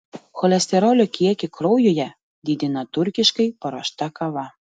cholesterolio kiekį kraujuje didina turkiškai paruošta kava